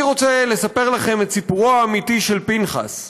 אני רוצה לספר לכם את סיפורו האמיתי של פנחס,